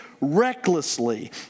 recklessly